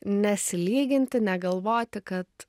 nesilyginti negalvoti kad